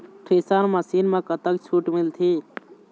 Thresher machine म कतक छूट मिलथे?